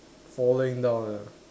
falling down ah